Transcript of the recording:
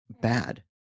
bad